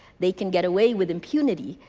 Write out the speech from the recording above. they can get away with impunity,